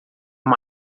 uma